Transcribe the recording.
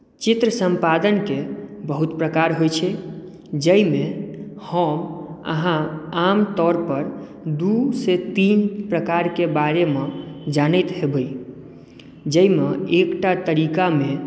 चित्र सम्पादनकेँ बहुत प्रकार होइत छै जाहिमे हम अहाँ आमतौर पर दूसँ तीन प्रकारके बारेमे जानैत हेबै जाहिमे एकटा तरीकामे